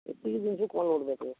ଏତିକି ଜିନିଷ କ'ଣ ଲୋଡ଼୍ କରିବ